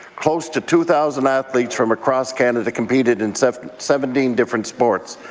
close to two thousand athletes from across canada competed in seventeen different sports.